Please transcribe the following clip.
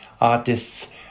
artists